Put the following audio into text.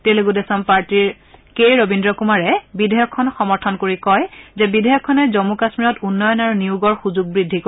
টেলেণ্ড দেশম পাৰ্টীৰ কে ৰবীন্দ্ৰ কুমাৰে বিধেয়কখন সমৰ্থন কৰি কয় যে বিধেয়কখনে জম্মু কাশ্মীৰত উন্নয়ন আৰু নিয়োগৰ সুযোগ বৃদ্ধি কৰিব